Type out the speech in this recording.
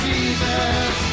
Jesus